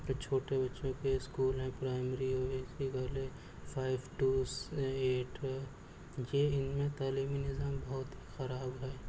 جو چھوٹے بچوں کے اسکول ہیں پرائمری ہو گیے فائو ٹو ایٹ یہ ان میں تعلیمی نظام بہت خراب ہے